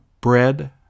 bread